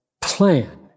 plan